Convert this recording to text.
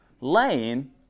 laying